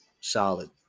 solid